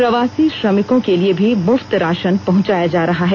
प्रवासी श्रमिकों के लिए भी मुफ्त राशन पहुंचाया जा रहा है